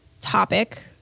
topic